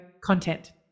content